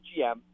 GM